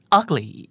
ugly